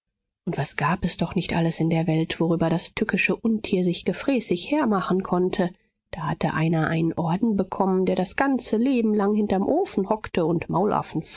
und was gab es doch nicht alles in der welt worüber das tückische untier sich gefräßig hermachen konnte da hatte einer einen orden bekommen der das ganze leben lang hinterm ofen hockte und